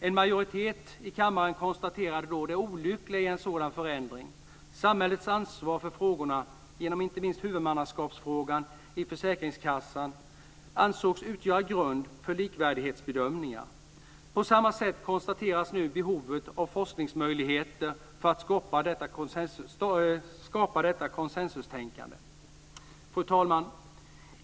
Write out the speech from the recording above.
En majoritet i kammaren konstaterade då det olyckliga i en sådan förändring. Samhällets ansvar för frågorna, inte minst frågan om huvudmannaskapet i försäkringskassan, ansågs utgöra grund för likvärdighetsbedömningar. På samma sätt konstateras nu behovet av forskningsmöjligheter för att skapa detta konsensustänkande. Fru talman!